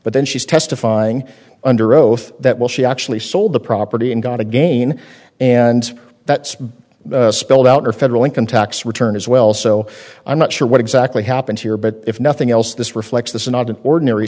but then she's testifying under oath that will she actually sold the property and gone again and that's spelled out in federal income tax return as well so i'm not sure what exactly happened here but if nothing else this reflects th